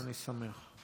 אני שמח.